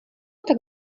tak